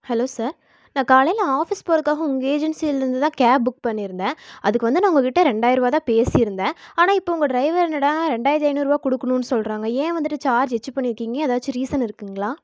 hello sir நான் காலையில office போகிறதுக்காக உங்கள் ஏஜென்சியில இருந்து தான் கேப் புக் பண்ணியிருந்தன் அதுக்கு வந்து நான் உங்கள் கிட்ட ரெண்டாயிருபா தான் பேசிருந்தேன் ஆனால் இப்போ உங்கள் டிரைவர் என்னடா ரெண்டாயிரத்தி ஐநூறுபா கொடுக்கணும்னு சொல்கிறாங்க ஏன் வந்துட்டு சார்ஜ் அச்சீவ் பண்ணிருக்கீங்கள் ஏதாச்சும் ரீசன் இருக்குதுங்ளா